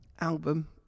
album